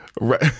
Right